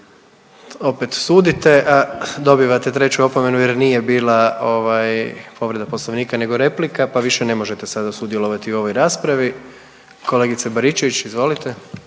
Opet sudite, a dobivate treću opomenu jer nije bila ovaj povreda Poslovnika nego replika pa više ne možete sada sudjelovati u ovoj raspravi. Kolegice Baričević, izvolite.